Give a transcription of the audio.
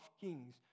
kings